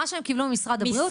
מה שהם קיבלו ממשרד הבריאות,